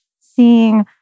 seeing